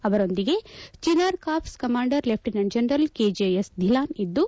ಅವರೊಂದಿಗೆ Chinar corps commander lieutenant general K J S Dhillon ಇದ್ದು